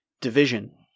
Division